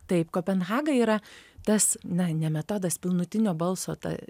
taip kopenhaga yra tas na ne metodas pilnutinio balso ta